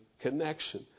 connection